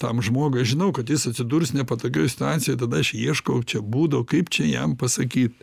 tam žmogui aš žinau kad jis atsidurs nepatogioj situacijoj tada aš ieškau čia būdo kaip čia jam pasakyt